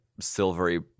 silvery